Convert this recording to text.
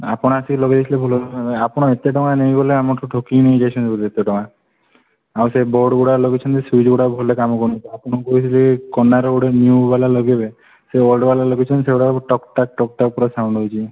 ଆପଣ ଆସିକି ଲଗେଇ ଦେଇଥିଲେ ଭଲ ହୋଇଥାନ୍ତା ଆପଣ ଏତେ ଟଙ୍କା ନେଇଗଲେ ଆମଠୁ ଠକିକି ନେଇଯାଇଛନ୍ତି ବୋଧେ ଏତେ ଟଙ୍କା ଆଉ ସେଇ ବୋର୍ଡ ଗୁଡ଼ାକ ଲଗେଇଛନ୍ତି ସ୍ୱିଚ୍ଗୁଡ଼ାକ ଭଲରେ କାମ କରୁନି ଆପଣଙ୍କୁ କହିଥିଲି କୋନା ଗୋଟେ ନ୍ୟୁ ୱାଲା ଲଗେଇବେ ସେଇ ଓଲ୍ଡ ୱାଲା ଲଗେଇଛନ୍ତି ସେଗୁଡ଼ାକ ଟକ୍ ଟାକ୍ ଟକ୍ ଟାକ୍ ପୁରା ସାଉଣ୍ଡ ହେଉଛି